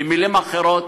במילים אחרות,